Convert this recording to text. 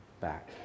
back